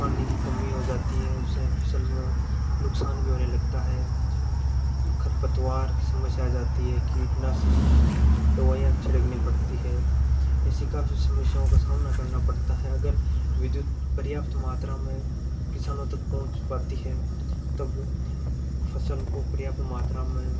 पानी की कमी हो जाती है उसे फसल में नुकसान भी होने लगता है खरपतवार की समस्या आजाती है कीटनाशक दवाइयाँ छिड़कनी पड़ती है इससे काफ़ी समस्याओं का समाना करना पड़ता है अगर विद्युत पर्याप्त मात्रा में किसानों तक पहुँच पाती है तब फसल को पर्याप्त मात्रा में